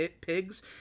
Pigs